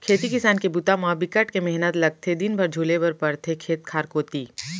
खेती किसान के बूता म बिकट के मेहनत लगथे दिन भर झुले बर परथे खेत खार कोती